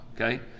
Okay